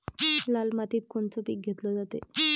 लाल मातीत कोनचं पीक घेतलं जाते?